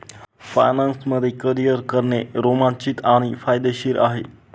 finance मध्ये career करणे रोमांचित आणि फायदेशीर आहे